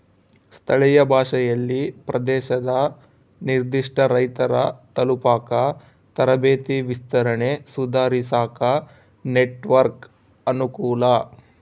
ಸ್ಥಳೀಯ ಭಾಷೆಯಲ್ಲಿ ಪ್ರದೇಶದ ನಿರ್ಧಿಷ್ಟ ರೈತರ ತಲುಪಾಕ ತರಬೇತಿ ವಿಸ್ತರಣೆ ಸುಧಾರಿಸಾಕ ನೆಟ್ವರ್ಕ್ ಅನುಕೂಲ